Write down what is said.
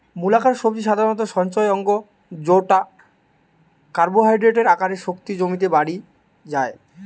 মূলাকার সবজি সাধারণত সঞ্চয় অঙ্গ জউটা কার্বোহাইড্রেটের আকারে শক্তি জমিতে বাড়ি যায়